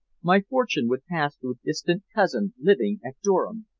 my fortune would pass to a distant cousin living at durham.